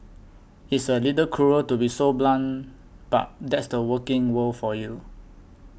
it's a little cruel to be so blunt but that's the working world for you